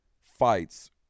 fights